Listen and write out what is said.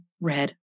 red